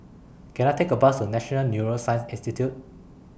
Can I Take A Bus to National Neuroscience Institute